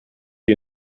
die